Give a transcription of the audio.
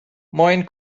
moin